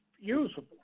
usable